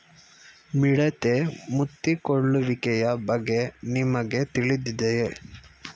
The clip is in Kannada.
ಮಿಡತೆ ಮುತ್ತಿಕೊಳ್ಳುವಿಕೆಯ ಬಗ್ಗೆ ನಿಮಗೆ ತಿಳಿದಿದೆಯೇ?